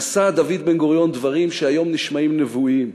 נשא דוד בן-גוריון דברים שהיום נשמעים נבואיים,